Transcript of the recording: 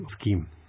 scheme